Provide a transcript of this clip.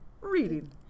reading